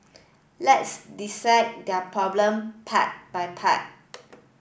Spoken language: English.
let's dissect their problem part by part